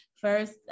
first